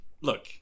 look